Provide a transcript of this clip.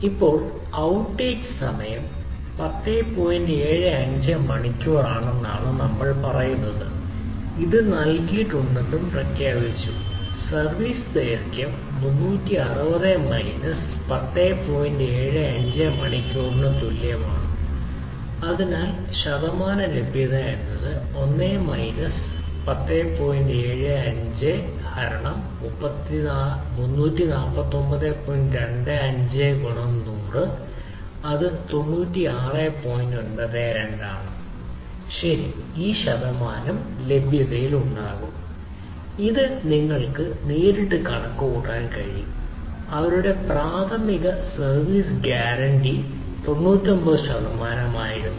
ഇപ്പോൾ ഔട്ടേജ് സമയം 99 ശതമാനമായിരുന്നു